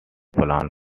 plan